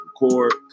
record